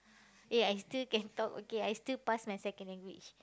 eh I still can talk okay I still pass my second language